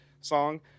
song